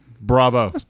Bravo